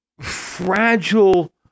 fragile